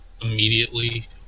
immediately